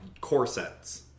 Corsets